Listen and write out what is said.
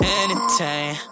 entertain